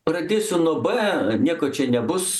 pradėsiu nuo b nieko čia nebus